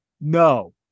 No